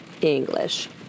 English